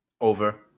Over